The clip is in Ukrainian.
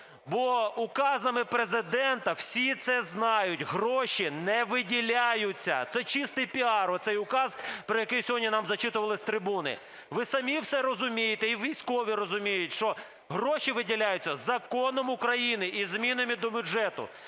Бо указами Президента, всі це знають, гроші не виділяються. Це чистий піар – оцей указ, про який сьогодні нам зачитували з трибуни. Ви самі все розумієте і військові розуміють, що гроші виділяються законом України і змінами до бюджету.